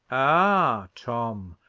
ah, tom!